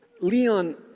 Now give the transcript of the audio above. Leon